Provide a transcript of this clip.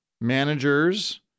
managers